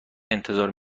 انتظار